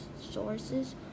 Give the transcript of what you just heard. sources